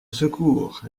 secours